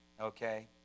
Okay